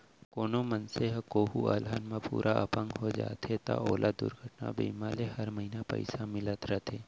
कोनों मनसे ह कोहूँ अलहन म पूरा अपंग हो जाथे त ओला दुरघटना बीमा ले हर महिना पइसा मिलत रथे